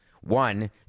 One